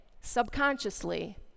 subconsciously